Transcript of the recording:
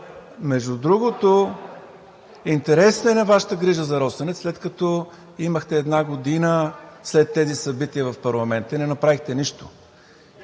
Между другото, интересна е Вашата грижа за „Росенец“, след като имахте една година след тези събития в парламента и не направихте нищо.